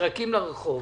נזרקים לרחוב,